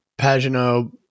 Pagano